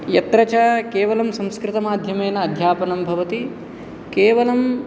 यत्र च केवलं संस्कृतमाध्यमेन अध्यापनं भवति केवलं